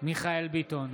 מיכאל מרדכי ביטון,